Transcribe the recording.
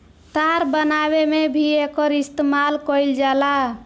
तार बनावे में भी एकर इस्तमाल कईल जाला